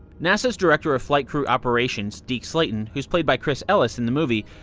nasa's director of flight crew operations, deke slayton, who's played by chris ellis in the movie,